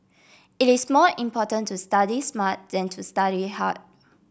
it is more important to study smart than to study hard